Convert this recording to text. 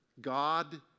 God